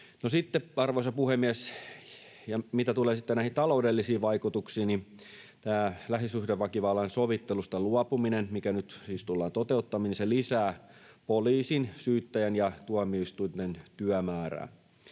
arvoisa puhemies, mitä tulee näihin taloudellisiin vaikutuksiin, niin tämä lähisuhdeväkivallan sovittelusta luopuminen, mikä nyt siis tullaan toteuttamaan, lisää poliisin, syyttäjän ja tuomioistuinten työmäärää.